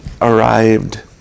arrived